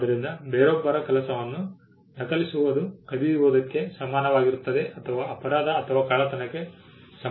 ಆದ್ದರಿಂದ ಬೇರೊಬ್ಬರ ಕೆಲಸವನ್ನು ನಕಲಿಸುವುದು ಕದಿಯುವುದಕ್ಕೆ ಸಮನಾಗಿರುತ್ತದೆ ಅಥವಾ ಅಪರಾಧ ಅಥವಾ ಕಳ್ಳತನಕ್ಕೆ ಸಮನಾಗಿರುತ್ತದೆ